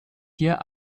hier